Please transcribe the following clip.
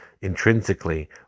intrinsically